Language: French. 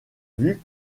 vues